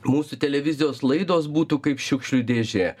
mūsų televizijos laidos būtų kaip šiukšlių dėžė